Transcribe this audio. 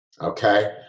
Okay